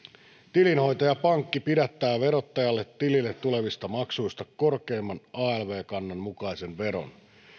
tilinhoitajapankki pidättää verottajalle tilille tulevista maksuista korkeimman alv kannan mukaisen veron